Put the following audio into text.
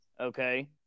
okay